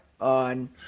on